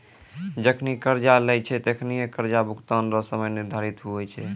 जखनि कर्जा लेय छै तखनि कर्जा भुगतान रो समय निर्धारित हुवै छै